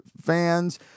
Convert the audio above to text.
fans